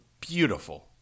beautiful